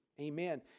Amen